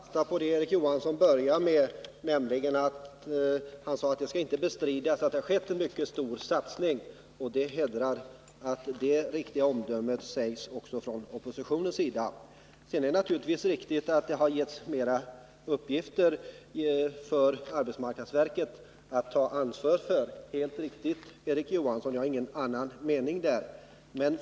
Herr talman! Jag vill ta fasta på det som Erik Johansson började tala om. Han sade att det inte skall bestridas att det skett en mycket stor satsning. Det är glädjande att det omdömet också fälls av oppositionen. Det är naturligtvis riktigt att arbetsmarknadsverket har fått fler uppgifter att ta ansvar för. Här har jag ingen annan mening än Erik Johansson.